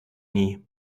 nie